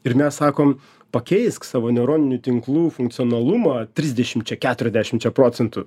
ir mes sakom pakeisk savo neuroninių tinklų funkcionalumą trisdešimčia keturiasdešimčia procentų